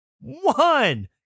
one